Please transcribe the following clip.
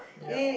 ya